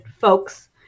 folks